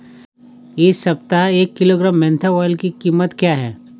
इस सप्ताह एक किलोग्राम मेन्था ऑइल की कीमत क्या है?